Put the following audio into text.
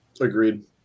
Agreed